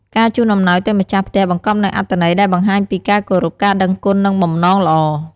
ការជូនអំណោយទៅម្ចាស់ផ្ទះបង្កប់នូវអត្ថន័យដែលបង្ហាញពីការគោរព ការដឹងគុណ និង បំណងល្អ។